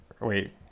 wait